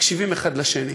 ומקשיבים אחד לשני,